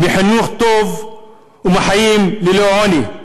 מחינוך טוב ומחיים ללא עוני.